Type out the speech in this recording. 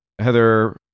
Heather